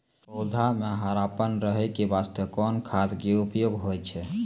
पौधा म हरापन रहै के बास्ते कोन खाद के उपयोग होय छै?